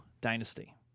dynasty